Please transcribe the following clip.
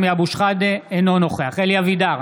אינו נוכח אלי אבידר,